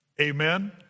amen